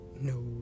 no